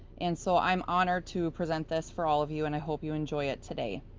and so i'm honored to present this for all of you, and i hope you enjoy it today.